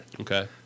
Okay